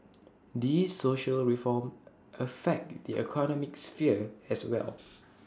these social reform affect the economic sphere as well